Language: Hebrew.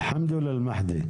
עטוה אלמחדי,